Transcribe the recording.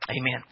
Amen